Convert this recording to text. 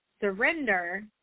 surrender